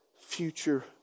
future